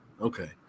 Okay